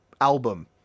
album